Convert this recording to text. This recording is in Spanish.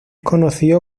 conocido